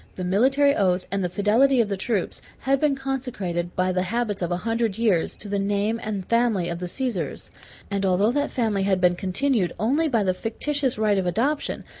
the military oath, and the fidelity of the troops, had been consecrated, by the habits of a hundred years, to the name and family of the caesars and although that family had been continued only by the fictitious rite of adoption,